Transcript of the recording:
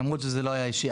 למרות שזה לא היה אישי,